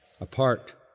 apart